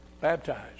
baptized